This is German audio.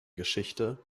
geschichte